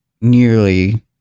nearly